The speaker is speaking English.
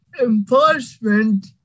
enforcement